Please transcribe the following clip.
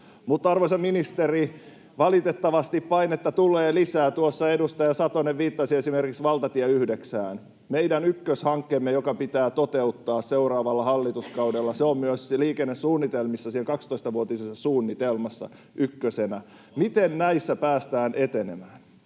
Mutta, arvoisa ministeri, valitettavasti painetta tulee lisää. Tuossa edustaja Satonen viittasi esimerkiksi valtatie 9:ään — meidän ykköshankkeemme, joka pitää toteuttaa seuraavalla hallituskaudella. Se on myös liikennesuunnitelmissa, siinä 12-vuotisessa suunnitelmassa, ykkösenä. Miten näissä päästään etenemään?